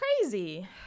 crazy